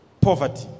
poverty